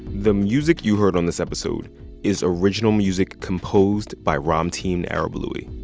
the music you heard on this episode is original music composed by ramtin arablouei